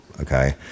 Okay